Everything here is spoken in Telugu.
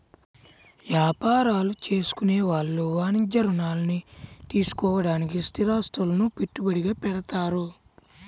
యాపారాలు చేసుకునే వాళ్ళు వాణిజ్య రుణాల్ని తీసుకోడానికి స్థిరాస్తులను పెట్టుబడిగా పెడతారు